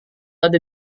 ada